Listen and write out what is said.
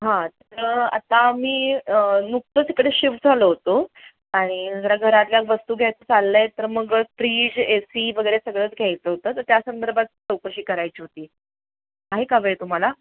हां तर आता मी नुकतंच इकडे शिफ्ट झालो होतो आणि जरा घरातल्या वस्तू घ्यायचं चालल्या आहेत तर मग फ्रीज ए सी वगैरे सगळंच घ्यायचं होतं तर त्या संदर्भात चौकशी करायची होती आहे का वेळ तुम्हाला